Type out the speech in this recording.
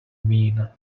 mean